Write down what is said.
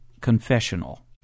confessional